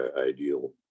ideal